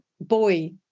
boy